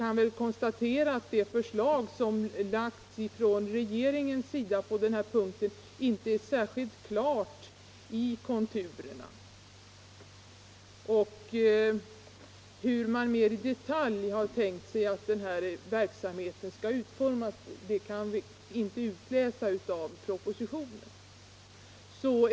Man kan konstatera att det förslag som framlagts av regeringen på denna punkt inte är särskilt klart i konturerna. Hur man mer i detalj har tänkt sig att denna verksamhet skall utformas kan vi inte utläsa av propositionen.